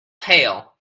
hail